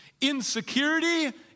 Insecurity